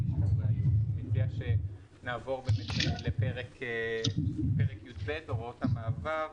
אני מציע שנעבור לפרק י"ב, הוראות המעבר.